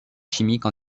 chimiques